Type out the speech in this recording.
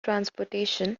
transportation